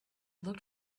looked